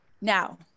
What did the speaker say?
now